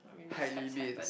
height limits